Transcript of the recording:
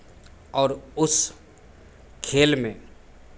और उस खेल में